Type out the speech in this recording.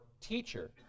teacher